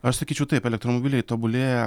aš sakyčiau taip elektromobiliai tobulėja